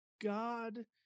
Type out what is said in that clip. God